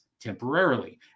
temporarily